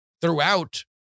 throughout